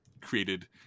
created